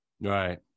Right